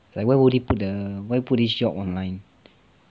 like why would they put the why put this job online